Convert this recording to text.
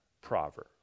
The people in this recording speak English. proverb